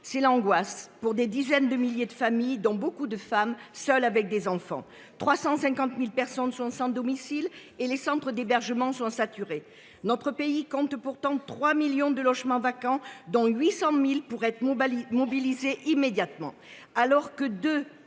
est angoissante pour des dizaines de milliers de familles, constituées pour beaucoup de femmes seules avec enfants. Quelque 350 000 personnes sont sans domicile et les centres d’hébergement sont saturés. Notre pays compte pourtant 3 millions de logements vacants, dont 800 000 pourraient être mobilisés immédiatement.